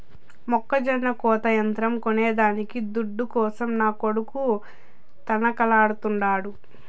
మొక్కజొన్న కోత యంత్రం కొనేదానికి దుడ్డు కోసం నా కొడుకు తనకలాడుతాండు